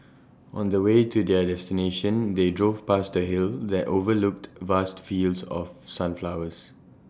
on the way to their destination they drove past A hill that overlooked vast fields of sunflowers